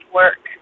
work